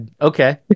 Okay